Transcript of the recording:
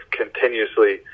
continuously